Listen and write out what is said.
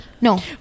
no